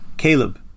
Caleb